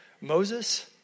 Moses